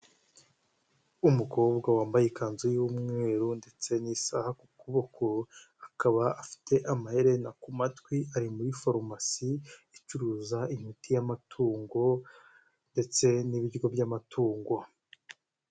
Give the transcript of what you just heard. Umukobwa wambaye ikanzu y'umweru ndetse n'isaha ku kuboko akaba afite amaherena ku matwi ari muri forumasi icuruza imiti y'amatungo ndetse n'ibiryo by'amatungo.